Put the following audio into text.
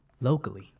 locally